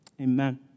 Amen